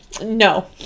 no